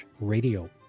radio